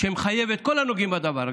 שמחייב את כל הנוגעים בדבר.